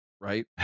right